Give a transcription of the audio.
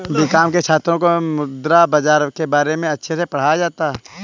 BCom के छात्रों को मुद्रा बाजार के बारे में अच्छे से पढ़ाया जाता है